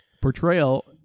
portrayal